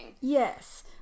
Yes